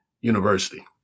University